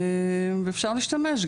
אפשר להשתמש.